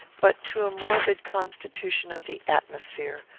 but to a morbid constitution of the atmosphere,